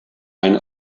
ein